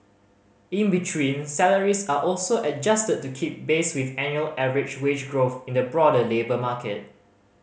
in between salaries are also adjusted to keep pace with annual average wage growth in the broader labour market